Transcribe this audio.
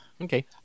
Okay